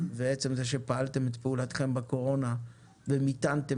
ועצם זה שפעלתם את פעולתכם בקורונה ומיתנתם